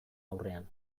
aurrean